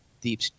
deep